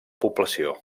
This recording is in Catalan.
població